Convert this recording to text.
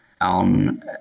on